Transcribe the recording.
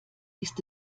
ist